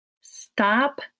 Stop